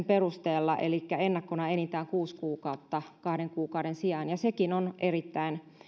perusteella elikkä ennakkona enintään kuusi kuukauden kahden kuukauden sijaan ja sekin on erittäin